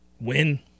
Win